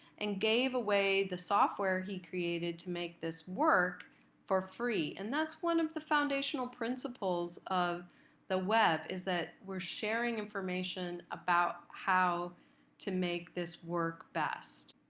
and gave away the software he created to make this work for free. and that's one of the foundational principles of the web is that we're sharing information about how to make this work best.